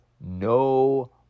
no